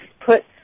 put